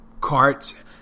carts